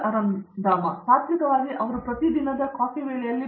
ಅರಂದಾಮ ಸಿಂಗ್ ತಾತ್ತ್ವಿಕವಾಗಿ ಅವರು ಪ್ರತಿ ದಿನದ ಕಾಫಿ ಭೇಟಿಯನ್ನು ಮಾಡಬೇಕು